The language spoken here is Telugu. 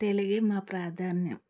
తెలుగే మా ప్రాధాన్యం